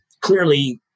clearly